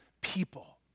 people